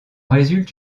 résulte